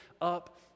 up